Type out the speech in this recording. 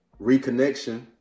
Reconnection